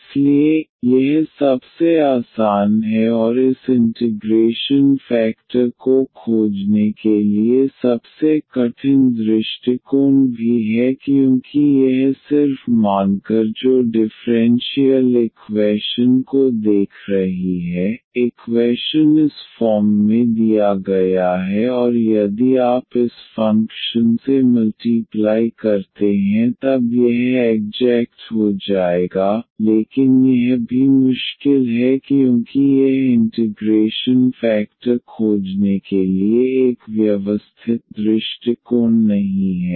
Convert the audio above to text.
इसलिए यह सबसे आसान है और इस इंटिग्रेशन फेकटर को खोजने के लिए सबसे कठिन दृष्टिकोण भी है क्योंकि यह सिर्फ मानकर जो डिफ़्रेंशियल इक्वैशन को देख रही है इक्वैशन इस फॉर्म में दिया गया है और यदि आप इस फ़ंक्शन से मल्टीप्लाइ करते हैं तब यह एग्जेक्ट हो जाएगा लेकिन यह भी मुश्किल है क्योंकि यह इंटिग्रेशन फेकटर खोजने के लिए एक व्यवस्थित दृष्टिकोण नहीं है